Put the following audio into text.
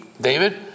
David